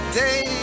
day